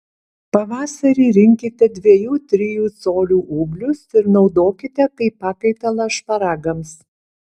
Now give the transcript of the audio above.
pavasarį rinkite dviejų trijų colių ūglius ir naudokite kaip pakaitalą šparagams